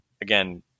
again